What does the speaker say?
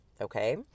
Okay